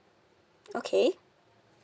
okay